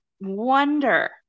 wonder